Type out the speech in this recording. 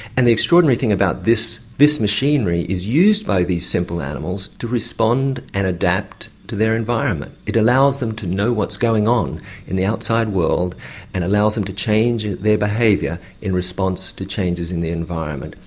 and the extraordinary thing about this this machinery, it's used by these simple animals to respond and adapt to their environment. it allows them to know what's going on in the outside world and allows them to change their behaviour in response to changes in the environment.